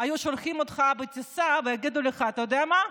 זה כמו שישלחו אותך בטיסה ויגידו לך: אתה יודע מה,